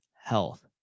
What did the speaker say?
health